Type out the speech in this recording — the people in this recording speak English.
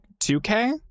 2K